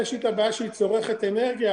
יש איתה בעיה שהיא צורכת אנרגיה,